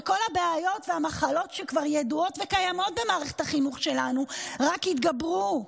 וכל הבעיות והמחלות שכבר ידועות וקיימות במערכת החינוך שלנו רק יתגברו.